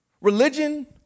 Religion